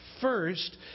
first